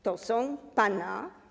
To są pana.